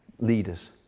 leaders